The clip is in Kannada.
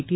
ಟಿ